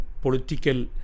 political